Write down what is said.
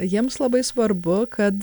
jiems labai svarbu kad